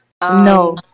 No